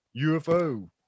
UFO